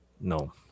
No